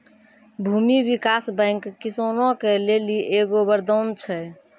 भूमी विकास बैंक किसानो के लेली एगो वरदान छै